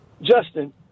Justin